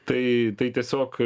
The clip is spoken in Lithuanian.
tai tai tiesiog